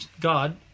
God